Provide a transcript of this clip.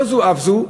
לא זו אף זו,